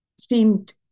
seemed